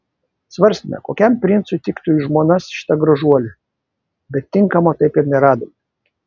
svarstėme kokiam princui tiktų į žmonas šita gražuolė bet tinkamo taip ir neradome